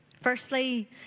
Firstly